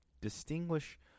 distinguish